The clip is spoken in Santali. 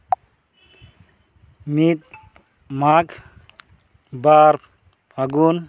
ᱢᱤᱫ ᱢᱟᱜᱽ ᱵᱟᱨ ᱯᱷᱟᱹᱜᱩᱱ